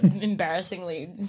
Embarrassingly